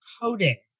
coding